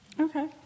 Okay